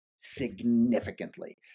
significantly